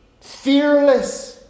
fearless